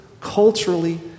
culturally